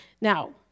Now